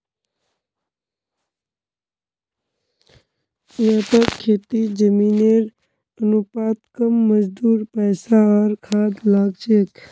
व्यापक खेतीत जमीनेर अनुपात कम मजदूर पैसा आर खाद लाग छेक